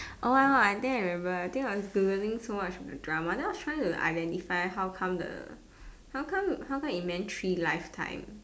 oh my God I think I remember I think I was Googling so much of the drama then I was trying to identify how come the how come how come it meant three life time